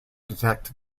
detect